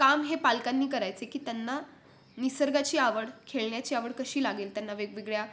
काम हे पालकांनी करायचे की त्यांना निसर्गाची आवड खेळण्याची आवड कशी लागेल त्यांना वेगवेगळ्या